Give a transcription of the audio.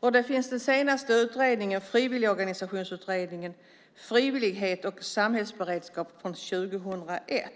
Den senaste utredningen är från Frivilligorganisationsutredningen, Frivilligheten och samhällsberedskapen från 2001.